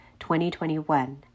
2021